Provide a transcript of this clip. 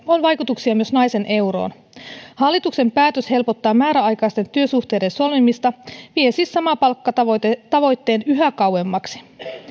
on vaikutuksia myös naisen euroon hallituksen päätös helpottaa määräaikaisten työsuhteiden solmimista vie siis samapalkkatavoitteen yhä kauemmaksi